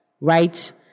Right